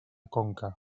conca